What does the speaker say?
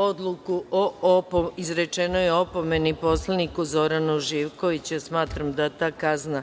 odluku o izrečenoj opomeni poslaniku Zoranu Živkoviću, jer smatram da ta kazna